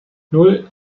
nan